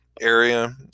area